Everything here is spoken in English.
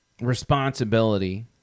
responsibility